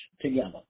together